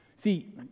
See